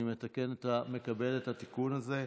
ואני מקבל התיקון הזה.